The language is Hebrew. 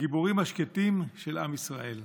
הגיבורים השקטים של עם ישראל.